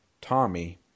Tommy